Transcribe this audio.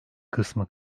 kısmı